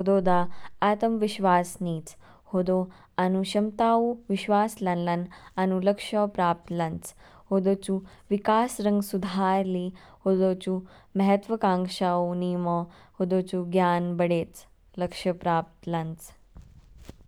हदौ दा आत्मविश्वास निच, हदौ आनु क्षमता ऊ विश्वास लानलान आनु लक्ष्यो प्राप्त लानच। हदौचु विकास रंग सुधार ली, हदौचु महत्तवकांक्षा ऊ निमो हदौचु ज्ञान बढ़ेच, लक्ष्य प्राप्त लानच।